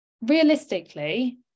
realistically